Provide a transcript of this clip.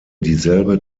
dieselbe